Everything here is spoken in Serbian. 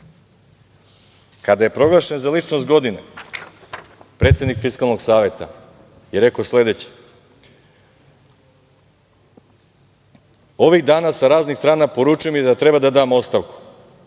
je proglašen za ličnost godine, predsednik Fiskalnog saveta je rekao sledeće: "Ovih dana sa raznih strana poručuju mi da treba da dam ostavku.